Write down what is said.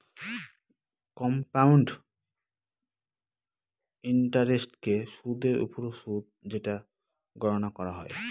compound ইন্টারেস্টকে সুদের ওপর সুদ যেটা গণনা করা হয়